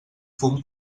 fum